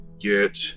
get